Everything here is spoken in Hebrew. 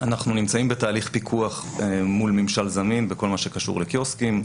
אנחנו נמצאים בתהליך פיקוח מול ממשל זמין בכל מה שקשור לקיוסקים,